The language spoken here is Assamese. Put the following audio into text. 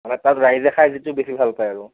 মানে তাত ৰাইজে খাই যিটো বেছি ভাল পায় আৰু